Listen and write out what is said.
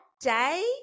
day